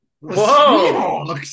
Whoa